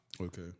Okay